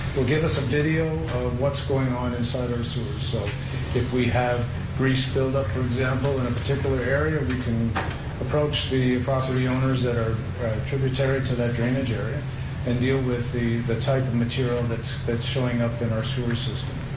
will give us a video of what's going on inside our sewers. so if we have grease buildup, for example, in a particular area, we can approach the property owners that are tributary to that drainage area and deal with the the type of material that's that's showing up in our sewer system.